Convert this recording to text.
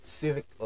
civic